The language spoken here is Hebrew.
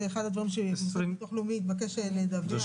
זה אחד הדברים שביטוח לאומי התבקש לדווח.